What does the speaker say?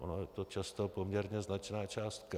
Ona je to často poměrně značná částka.